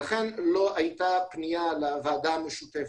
לכן לא הייתה פניה לוועדה המשותפת.